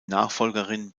nachfolgerin